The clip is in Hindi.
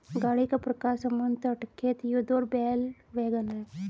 गाड़ी का प्रकार समुद्र तट, खेत, युद्ध और बैल वैगन है